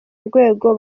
urwego